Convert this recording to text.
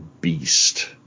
beast